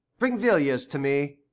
bring villiers to me.